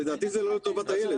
לדעתי זה לא לטובת הילד.